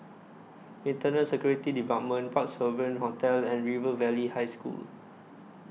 Internal Security department Parc Sovereign Hotel and River Valley High School